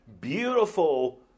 beautiful